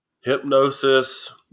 Hypnosis